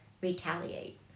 retaliate